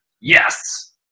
yes